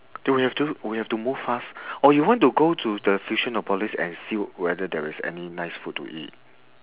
do we have to we have to move fast or you want to go to the fusionopolis and see whether there is any nice food to eat